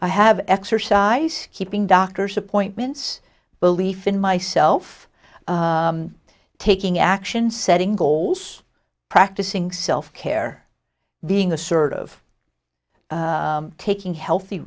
i have exercise keeping doctor's appointments belief in myself taking action setting goals practicing self care being the sort of taking healthy